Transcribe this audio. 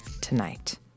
tonight